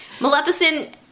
Maleficent